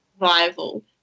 survival